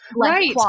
right